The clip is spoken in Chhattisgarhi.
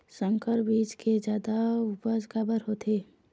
संकर बीज के जादा उपज काबर होथे?